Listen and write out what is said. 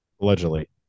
Allegedly